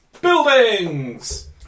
Buildings